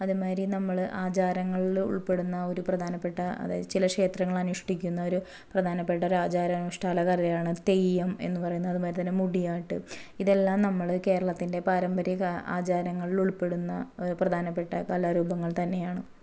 അത് മാതിരി നമ്മൾ ആചാരങ്ങളിൽ ഉൾപ്പെടുന്ന ഒരു പ്രധാനപ്പെട്ട അതായത് ചില ക്ഷേത്രങ്ങൾ അനുഷ്ഠിക്കുന്ന ഒരു പ്രധാനപ്പെട്ട ഒരു ആചാരാനുഷ്ഠാന കലയാണ് തെയ്യം എന്ന് പറയുന്നത് അത് മാതിരി തന്നെ മുടിയാട്ട് ഇതെല്ലാം നമ്മൾ കേരളത്തിൻ്റെ പാരമ്പര്യ ആചാരങ്ങളിൽ ഉൾപ്പെടുന്ന പ്രധാനപ്പെട്ട കലാരൂപങ്ങൾ തന്നെയാണ്